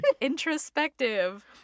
Introspective